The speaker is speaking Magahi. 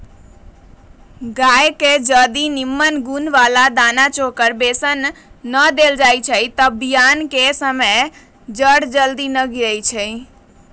गाय के जदी निम्मन गुण बला दना चोकर बेसन न देल जाइ छइ तऽ बियान कें समय जर जल्दी न गिरइ छइ